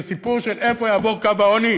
זה סיפור על איפה יעבור קו העוני